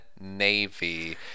Navy